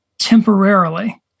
temporarily